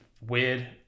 weird